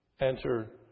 enter